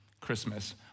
Christmas